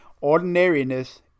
ordinariness